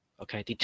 okay